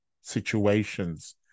situations